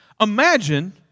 Imagine